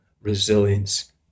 resilience